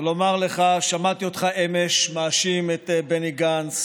לומר לך: שמעתי אותך אמש מאשים את בני גנץ